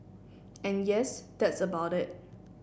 and yes that's about it